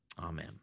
Amen